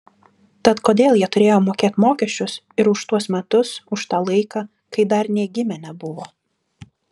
tad kodėl jie turėjo mokėt mokesčius ir už tuos metus už tą laiką kai dar nė gimę nebuvo